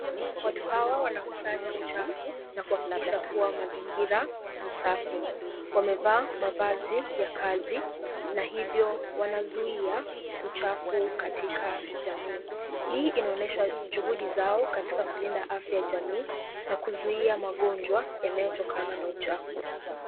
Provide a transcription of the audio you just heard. Watu hawa wanakusanya uchafu na kuhakikisha kuwa mazingira ni safi, wamevaa mavazi ya na hivyo wanazuia uchafu katika jamii, hii inaonyesha juhudi zao katika kulinda afya ya jamii na kuzuia magonjwa yanayotokana na uchafu.